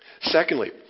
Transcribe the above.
Secondly